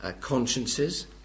consciences